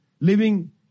living